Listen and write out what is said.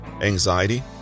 anxiety